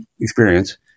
experience